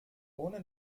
ohne